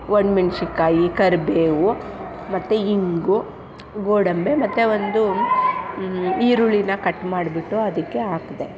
ಒಣಮೆಣ್ಸಿನ್ಕಾಯಿ ಕರಿಬೇವು ಮತ್ತು ಹಿಂಗು ಗೋಡಂಬಿ ಮತ್ತು ಒಂದು ಈರುಳ್ಳಿನ ಕಟ್ ಮಾಡಿಬಿಟ್ಟು ಅದಕ್ಕೆ ಹಾಕ್ದೆ